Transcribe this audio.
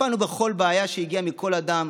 טיפלנו בכל בעיה שהגיעה מכל אדם,